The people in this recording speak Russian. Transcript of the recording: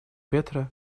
петро